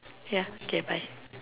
ya okay bye